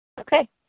Okay